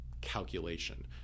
calculation